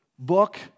Book